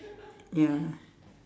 ya